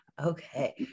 Okay